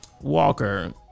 Walker